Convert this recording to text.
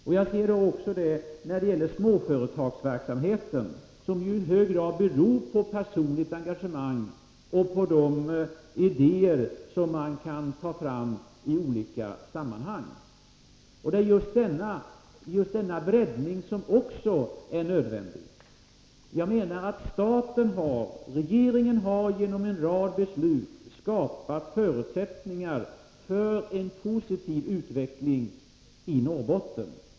Jag säger detta också när det gäller småföretagsamheten, som ju i hög grad beror på personligt engagemang och på de idéer som kan tas fram. politiska åtgärder i politiska åtgärder i Norrbotten Också här är en breddning nödvändig. Jag menar att regeringen genom en rad beslut har skapat förutsättningar för en positiv utveckling i Norrbotten.